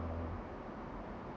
uh